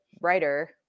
writer